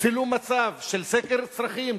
צילום מצב של סקר צרכים,